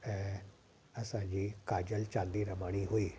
ऐं असांजी काजल चांदीरमाणी हुई